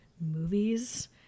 movies